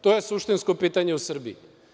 To je suštinsko pitanje u Srbiji.